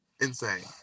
insane